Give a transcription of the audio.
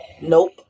Nope